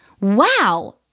wow